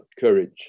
courage